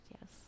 yes